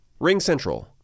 RingCentral